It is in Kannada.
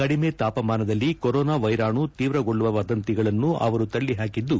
ಕಡಿಮೆ ತಾಪಮಾನದಲ್ಲಿ ಕೊರೋನಾ ವ್ಯೆರಾಣು ತೀವ್ರಗೊಳ್ಳುವ ವದಂತಿಗಳನ್ನು ಅವರು ತಳ್ಳಿ ಹಾಕಿದ್ದು